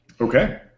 Okay